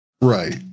right